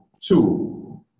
Two